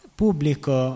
pubblico